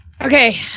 Okay